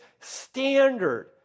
standard